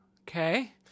Okay